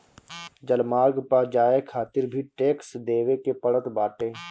जलमार्ग पअ जाए खातिर भी टेक्स देवे के पड़त बाटे